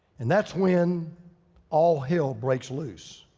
and that's when all hell breaks loose.